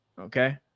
Okay